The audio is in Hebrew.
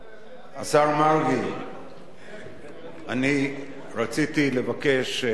אני רציתי לבקש לחצי דקה את רשות הדיבור.